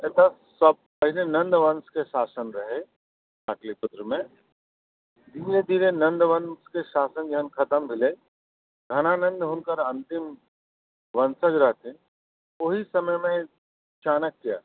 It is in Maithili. एतय सभसँ पहिने नन्द वंशके शासन रहै पाटलिपुत्रमे धीरे धीरे नन्द वंशके शासन जखन खतम भेलै घनानन्द हुनकर अन्तिम वंशज रहथिन ओही समयमे चाणक्य